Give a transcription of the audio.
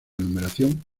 numeración